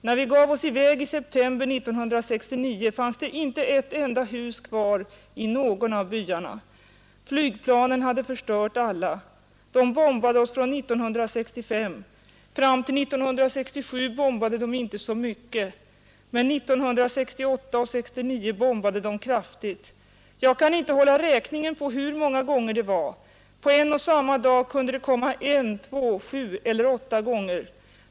När vi gav oss i väg i september 1969 fanns det inte ett enda hus kvar i någon av byarna. Flygplanen hade förstört alla. De bombade oss från 1965. Fram till 1967 bombade de inte så mycket. Men 1968 och 1969 bombade de kraftigt. Jag kan inte hålla räkningen på hur många gånger det var. På en och samma dag kunde de komma en, två, sju eller åtta gånger.